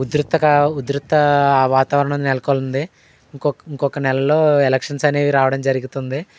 ఉధృతగా ఉధృత వాతావరణం నెలకొంది ఇంకొక నెలలో ఎలక్షన్స్ అనేవి రావడం జరుగుతుంది